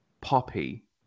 poppy